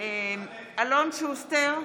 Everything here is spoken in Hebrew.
אלון שוסטר,